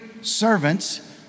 servants